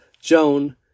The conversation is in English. Joan